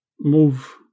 move